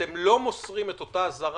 אתם לא מוסרים את אותה אזהרה,